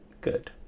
good